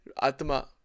Atma